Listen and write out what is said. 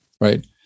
right